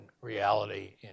reality